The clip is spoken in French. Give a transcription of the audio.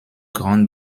grandes